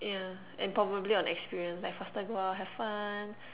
ya and probably on experience and faster go out have fun